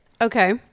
okay